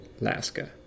Alaska